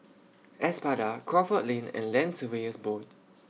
Espada Crawford Lane and Land Surveyors Board